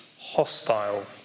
hostile